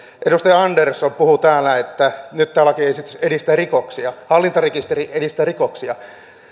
edustaja andersson puhui täällä että nyt tämä lakiesitys edistää rikoksia hallintarekisteri edistää rikoksia